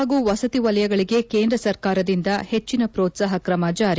ರಘ್ನ ಹಾಗೂ ವಸತಿ ವಲಯಗಳಿಗೆ ಕೇಂದ್ರ ಸರ್ಕಾರದಿಂದ ಹೆಚ್ಚಿನ ಪ್ರೋತ್ನಾಹ ಕ್ರಮ ಜಾರಿ